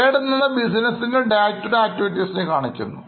trade എന്നത് business എൻറെ day to day activitiesകാണിക്കുന്നു